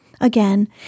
Again